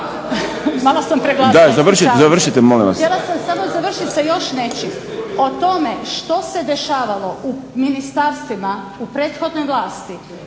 vas. **Sobol, Gordana (SDP)** Htjela sam samo završiti sa još nečim. O tome što se dešavalo u ministarstvima u prethodnoj vlasti,